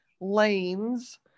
lanes